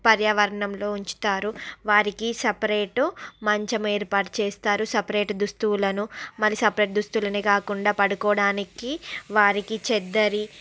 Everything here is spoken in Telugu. పర్యావరణంలో ఉంచుతారు వారికి సపరేటు మంచం ఏర్పాటు చేస్తారు సెపరేట్ దుస్తువులను మళ్ళీ సపరేట్ దుస్తులనే కాకుండా పడుకోడానికి వారికి చెద్దరి